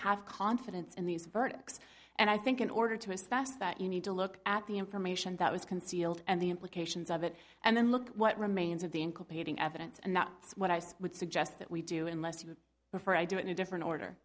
have confidence in these verdicts and i think in order to assess that you need to look at the information that was concealed and the implications of it and then look at what remains of the in competing evidence and that's what i would suggest that we do unless you have before i do in a different order